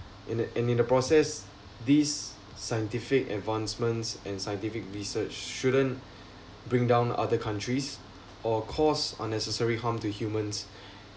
in the and in the process these scientific advancements and scientific research shouldn't bring down other countries or cause unnecessary harm to humans